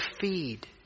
feed